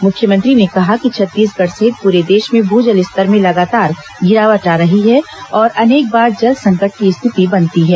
मुख्यमंत्री ने कहा कि छत्तीसगढ़ सहित पूरे देश में भू जल स्तर में लगातार गिरावट आ रही है और अनेक बार जल संकट की स्थिति बनती है